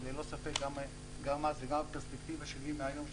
וללא ספק גם אז וגם הפרספקטיבה שלי מהיום,